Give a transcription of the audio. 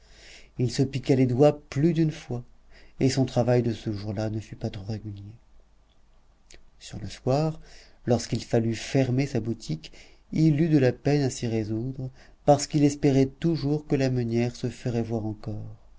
il se piqua les doigts plus d'une fois et son travail de ce jourlà ne fut pas trop régulier sur le soir lorsqu'il fallut fermer sa boutique il eut de la peine à s'y résoudre parce qu'il espérait toujours que la meunière se ferait voir encore